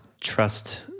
trust